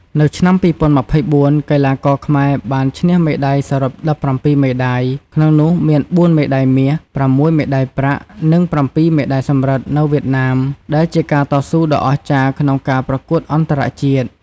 នៅឆ្នាំ ២០២៤ កីឡាករខ្មែរបានឈ្នះមេដៃសរុប ១៧ មេដៃ ក្នុងនោះមាន ៤ មេដៃមាស, ៦ មេដៃប្រាក់ និង ៧ មេដៃសំរឹទ្ធ នៅវៀតណាម ដែលជាការតស៊ូដ៏អស្ចារ្យក្នុងការប្រកួតអន្តរជាតិ។